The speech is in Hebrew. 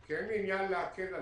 כי אין לי עניין להקל עליכם,